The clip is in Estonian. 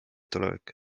tulevik